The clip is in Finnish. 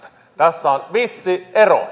tässä on vissi ero